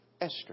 Esther